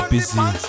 Busy